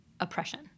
oppression